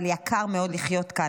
אבל יקר מאוד לחיות כאן.